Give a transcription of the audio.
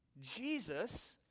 Jesus